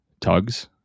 tugs